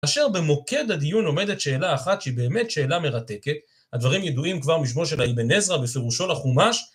כאשר במוקד הדיון עומדת שאלה אחת שהיא באמת שאלה מרתקת, הדברים ידועים כבר משמו של האיבן עזרא בפירושו לחומש.